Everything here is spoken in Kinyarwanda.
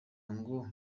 ngo